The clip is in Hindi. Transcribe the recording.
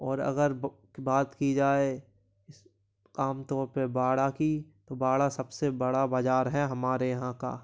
और अगर ब बात की जाए आम तौर पे बाड़ा की तो बाड़ा सबसे बड़ा बाज़ार है हमारे यहाँ का